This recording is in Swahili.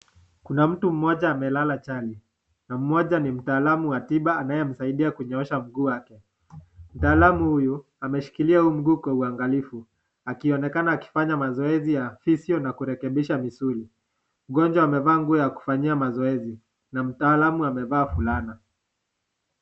Kuna mtu mmoja amelala chali na mmoja ni mtaalamu wa tiba anayemsaidia kunyoosha mguu wake. Mtaalamu huyu ameshikilia huu mguu kwa uangalifu akionekana akifanya mazoezi ya physio na kurekebisha misuli. Mgonjwa amevaa nguo ya kufanyia mazoezi na mtaalamu amevaa fulana.